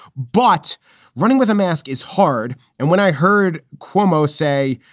but running with a mask is hard. and when i heard cuomo say,